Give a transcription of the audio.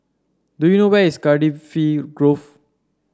do you know where is Cardifi Grove